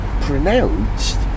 pronounced